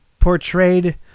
portrayed